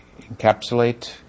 encapsulate